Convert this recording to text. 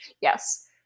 Yes